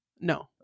No